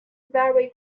vary